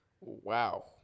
Wow